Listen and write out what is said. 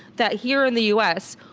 that here in the us,